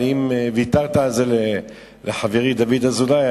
אבל אם ויתרת על זה לחברי דוד אזולאי,